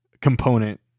component